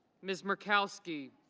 miss markowski.